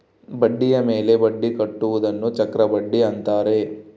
ಬಡ್ಡಿಯ ಮೇಲೆ ಬಡ್ಡಿ ಕಟ್ಟುವುದನ್ನ ಚಕ್ರಬಡ್ಡಿ ಅಂತಾರೆ